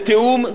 בתיאום,